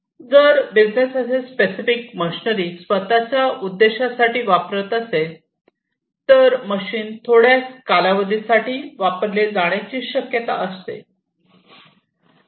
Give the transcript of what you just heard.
जर बिझनेस असे specific machinery स्वतःच्या उद्देशांसाठी वापरत असेल तर मशीन थोड्याच कालावधी साठी वापरले जाण्याचे शक्यता असते